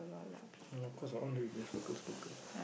cause I want to be sparkle sparkle